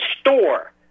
store